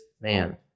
man